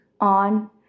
on